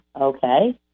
Okay